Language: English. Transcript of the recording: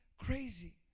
crazy